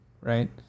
Right